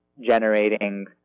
generating